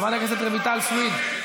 חברת הכנסת רויטל סויד,